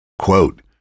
Quote